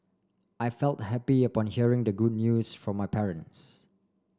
I felt happy upon hearing the good news from my parents